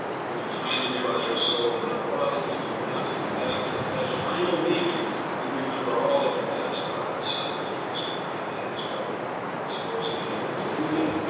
when you finally realize you're a soul and not a body, then you don't have to come back and at that final leaving, you remember all of your past lives simultaneously and that is what supposedly happened to buddha